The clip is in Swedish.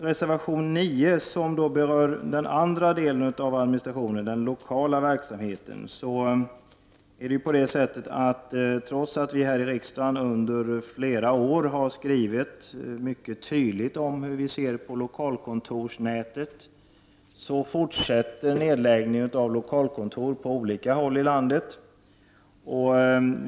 Reservation 9 berör den andra delen av administrationen, den lokala verksamheten. Trots att vi här i riksdagen under flera år har skrivit mycket tydligt om hur vi ser på lokalkontorsnätet fortsätter nedläggningen av lokala kontor på olika håll i landet.